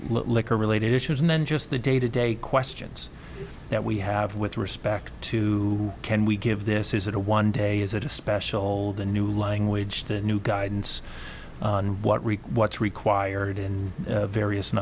liquor related issues and then just the day to day questions that we have with respect to can we give this is it a one day is it a special the new language the new guidance what rick what's required in various and